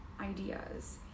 ideas